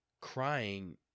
crying